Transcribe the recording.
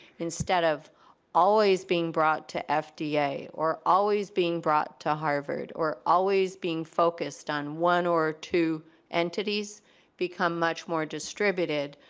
instead of always being brought to fda, or always being brought to harvard, or always being focused on one or two entities become much more distributed.